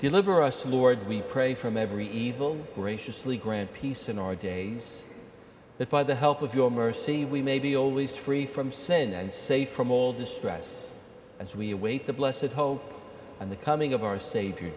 deliver us lord we pray from every evil graciously grant peace in our days that by the help of your mercy we may be always free from sin and safe from all distress as we await the blessid hope and the coming of our savior